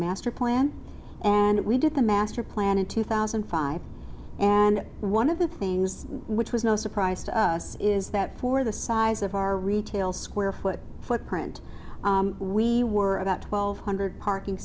master plan and we did the master plan in two thousand and five and one of the things which was no surprise to us is that for the size of our retail square foot footprint we were about twelve hundred parking